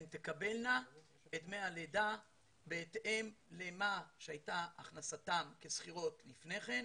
הן תקבלנה את דמי הלידה בהתאם למה שהיה הכנסתן כשכירות לפני כן,